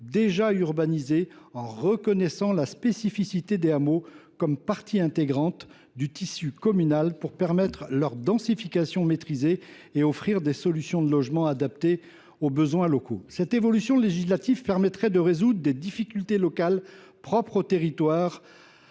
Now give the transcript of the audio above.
déjà urbanisés, en reconnaissant la spécificité des hameaux comme partie intégrante du tissu communal, afin de permettre leur densification maîtrisée et d’offrir des solutions de logement adaptées aux besoins locaux. Cette évolution législative permettrait de résoudre des difficultés locales propres aux territoires